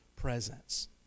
presence